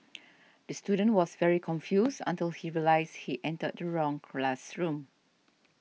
the student was very confused until he realised he entered the wrong classroom